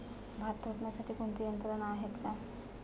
भात तोडण्यासाठी कोणती यंत्रणा आहेत का?